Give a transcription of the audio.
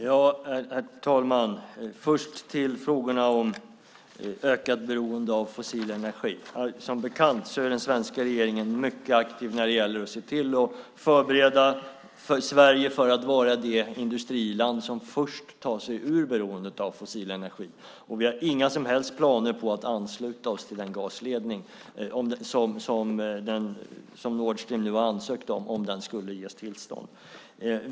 Herr talman! Jag börjar med frågorna om ökat beroende av fossil energi. Som bekant är den svenska regeringen mycket aktiv med att förbereda Sverige på att vara det industriland som först tar sig ur beroendet av fossil energi. Vi har inga som helst planer på att ansluta oss till den gasledning som Nord Stream nu har ansökt om att få bygga, om den skulle ges tillstånd.